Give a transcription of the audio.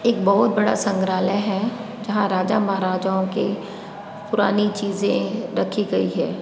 एक बहुत बड़ा संग्रहालय है जहाँ राजा महाराजाओं के पुरानी चीज़ें रखी गई हैं